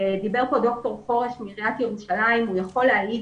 דיבר כאן דוקטור חורש מעיריית ירושלים והוא יכול להעיד